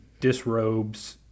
disrobes